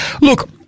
look